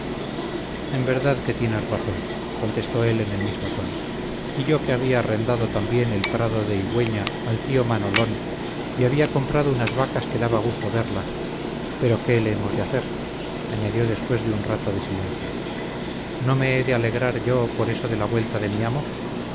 en verdad que tienes razón contestó él en el mismo tono y yo que había arrendado tan bien el prado de ygüeña al tío manolón u había comprado unas vacas que daba gusto verlas pero qué le hemos de hacer añadió después de un rato de silencio no me he de alegrar yo por eso de la vuelta de mi amo